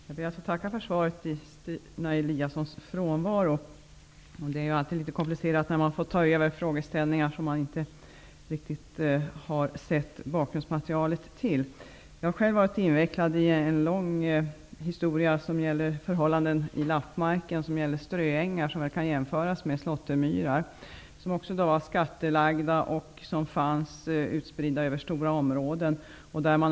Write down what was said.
Herr talman! Jag ber att få tacka för svaret i Stina Eliassons frånvaro. Det är alltid litet komplicerat när man får ta över frågor som man inte har sett bakgrundsmaterialet till. Jag har själv varit invecklad i en lång historia som gäller ströängar i lappmarken. De kan väl jämföras med slåttermyrar. De var också skattlagda och fanns utspridda över stora områden.